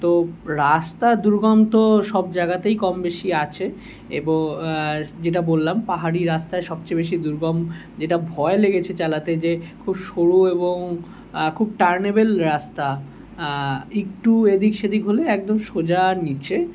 তো রাস্তা দুর্গম তো সব জাগাতেই কম বেশি আছে এবো যেটা বললাম পাহাড়ি রাস্তায় সবচেয়ে বেশি দুর্গম যেটা ভয় লেগেছে চালাতে যে খুব সরু এবং খুব টার্নেবেল রাস্তা একটু এদিক সেদিক হলেই একদম সোজা নিচে